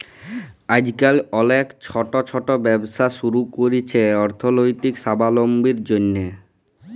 আইজকাল অলেক ছট ছট ব্যবসা ছুরু ক্যরছে অথ্থলৈতিক সাবলম্বীর জ্যনহে